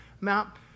map